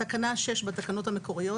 תקנה 6 בתקנות המקוריות,